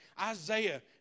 Isaiah